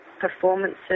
performances